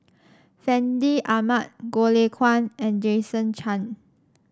Fandi Ahmad Goh Lay Kuan and Jason Chan